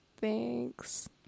Thanks